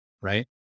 right